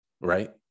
Right